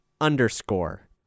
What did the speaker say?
underscore